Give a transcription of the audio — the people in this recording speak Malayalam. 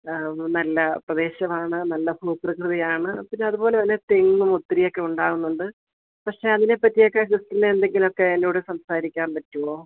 നല്ല പ്രദേശമാണ് നല്ല ഭൂപ്രകൃതിയാണ് പിന്നെ അതുപോലെതന്നെ തെങ്ങും ഒത്തിരിയൊക്കെ ഉണ്ടാകുന്നുണ്ട് പക്ഷേ അതിനെ പറ്റിയൊക്കെ സിസ്റ്ററിനോട് എന്തേലുമൊക്കെ എന്നോട് സംസാരിക്കാൻ പറ്റുമോ